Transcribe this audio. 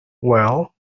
well